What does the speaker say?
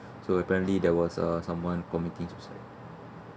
so apparently there was a someone committing suicide